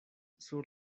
sur